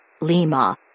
Lima